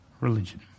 religion